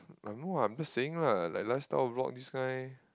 I'm not I'm just saying lah like last time vlog this kind